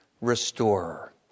restorer